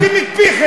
סתמתם את פיכם.